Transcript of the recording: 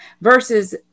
versus